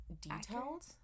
detailed